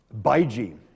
Baiji